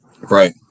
Right